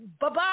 Bye-bye